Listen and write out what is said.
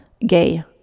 gay